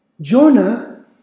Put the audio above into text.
Jonah